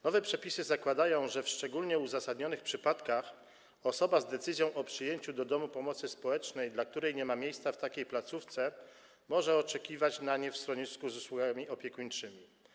Nowe przepisy zakładają, że w szczególnie uzasadnionych przypadkach osoba z decyzją o przyjęciu do domu pomocy społecznej, dla której nie ma miejsca w takiej placówce, może oczekiwać na nie w schronisku z usługami opiekuńczymi.